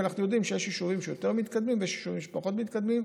כי אנחנו יודעים שיש יישובים שיותר מתקדמים ויש יישובים שפחות מתקדמים.